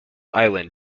island